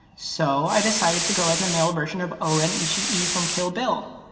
so i decided to go as a male version of o-ren ishii from kill bill.